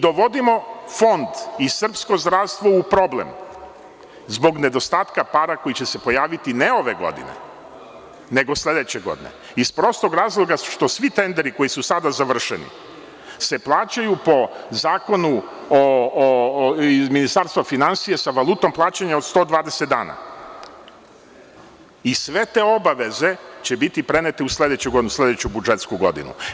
Dovodimo Fond i srpsko zdravstvo u problem zbog nedostatka para koji će se pojaviti, ne ove godine, nego sledeće godine, iz prostog razloga što svi tenderi koji su sada završeni se plaćaju po zakonu Ministarstva finansija sa valutom plaćanja 120 dana i sve te obaveze će biti prenete u sledeću budžetsku godinu.